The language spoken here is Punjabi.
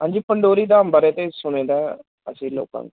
ਹਾਂਜੀ ਪੰਡੋਰੀ ਧਾਮ ਬਾਰੇ ਤਾਂ ਸੁਣੀ ਦਾ ਹੈ ਅਸੀਂ ਲੋਕਾਂ ਤੋਂ